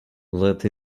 let